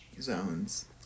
zones